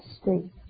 street